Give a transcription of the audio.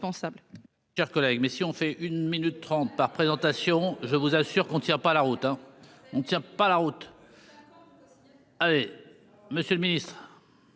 Chers collègues, mais si on fait une minute 30 par présentation, je vous assure qu'on ne tient pas la route, hein, on ne tient pas la route. Ah oui, monsieur le Ministre.